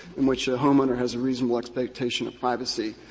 in which the homeowner has a reasonable expectation of privacy.